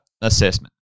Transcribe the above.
assessment